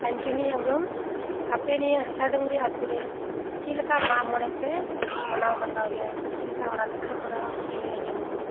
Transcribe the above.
ᱠᱟᱱᱪᱚᱱᱤ ᱦᱮᱢᱵᱨᱚᱢ ᱟᱯᱮ ᱱᱤᱭᱟᱹ ᱦᱟᱥᱟ ᱰᱩᱝᱨᱤ ᱟᱛᱳ ᱨᱮ ᱪᱮᱫ ᱞᱮᱠᱟ ᱢᱟᱜ ᱢᱚᱬᱮ ᱯᱮ ᱢᱟᱱᱟᱣ ᱵᱟᱛᱟᱣ ᱜᱮᱭᱟ ᱪᱮᱫ ᱞᱮᱠᱟ ᱦᱚᱨᱟ ᱠᱚᱯᱮ ᱠᱚᱨᱟᱣᱟ ᱠᱟᱹᱴᱤᱡ ᱞᱟᱹᱭ ᱟᱸᱡᱚᱢᱟᱹᱧ ᱢᱮ